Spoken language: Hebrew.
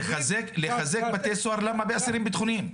לחזק בתי סוהר, למה באסירים ביטחוניים?